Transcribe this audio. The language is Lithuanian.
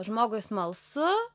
žmogui smalsu